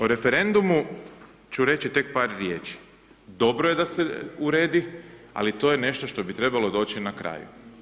O referendumu ću reći par riječi, dobro je da se uredi, ali to je nešto što bi trebalo doći na kraj.